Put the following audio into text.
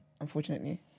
unfortunately